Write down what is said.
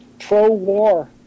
pro-war